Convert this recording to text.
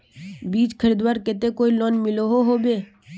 बीज खरीदवार केते कोई लोन मिलोहो होबे?